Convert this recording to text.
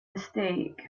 mistake